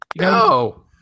no